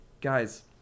guys